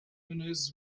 owners